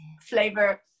flavor